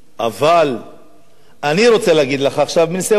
אבל אני רוצה להגיד לך עכשיו מניסיון אישי.